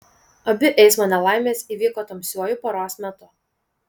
abi eismo nelaimės įvyko tamsiuoju paros metu